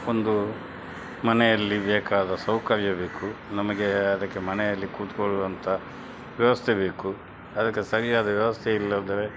ಒಂದು ಮನೆಯಲ್ಲಿ ಬೇಕಾದ ಸೌಕರ್ಯ ಬೇಕು ನಮಗೆ ಅದಕ್ಕೆ ಮನೆಯಲ್ಲಿ ಕೂತ್ಕೊಳ್ಳುವಂತ ವ್ಯವಸ್ಥೆ ಬೇಕು ಅದಕ್ಕೆ ಸರಿಯಾದ ವ್ಯವಸ್ಥೆ ಇಲ್ಲಾಂದರೆ